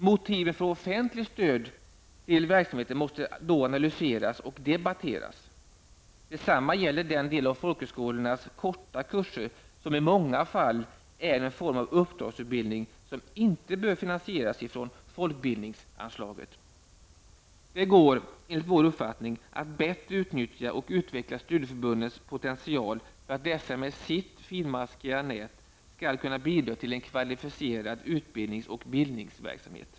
Motiven för offentligt stöd till verksamheten måste då analyseras och debatteras. Detsamma gäller den del av folkhögskolornas korta kurser som i många fall är en form av uppdragsutbildning som inte bör finansieras från folkbildningsanslaget. Det går, enligt vår uppfattning, att bättre utnyttja och utveckla studieförbundens potential för att dessa med sitt finmaskiga nät skall kunna bidra till en kvalificerad utbildnings och bildningsverksamhet.